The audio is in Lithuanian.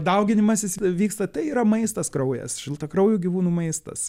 dauginimasis vyksta tai yra maistas kraujas šiltakraujų gyvūnų maistas